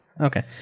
Okay